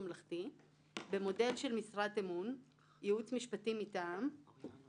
הממשלה ושל הרשויות המקומיות ורק כהשלמת